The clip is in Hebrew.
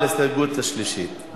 ולשליטת האוהדים